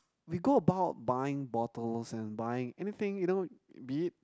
we go about buying bottles and buying anything you know be it